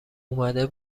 اومده